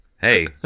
hey